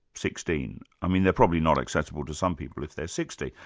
sixteen. i mean, they're probably not accessible to some people if they're sixty,